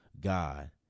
God